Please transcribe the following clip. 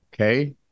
okay